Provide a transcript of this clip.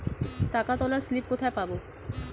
টাকা তোলার স্লিপ কোথায় পাব?